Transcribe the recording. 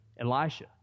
Elisha